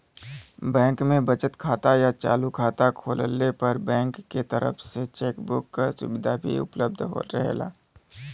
bank में बचत खाता या चालू खाता खोलले पर बैंक के तरफ से चेक बुक क सुविधा भी उपलब्ध रहेला